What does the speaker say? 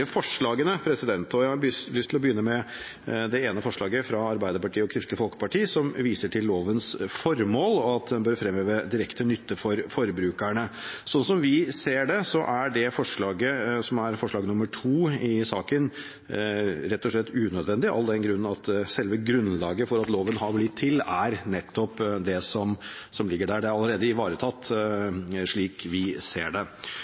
forslagene og begynner med det forslaget fra Arbeiderpartiet og Kristelig Folkeparti som viser til lovens formål, og at den bør fremheve direkte nytte for forbrukerne. Dette forslaget, nr. 2 i saken, er rett og slett unødvendig, av den grunn at selve grunnlaget for at loven har blitt til, er nettopp det som ligger der. Det er allerede ivaretatt, slik vi ser det.